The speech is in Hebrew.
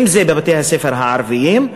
אם זה בבתי-הספר הערביים,